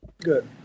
good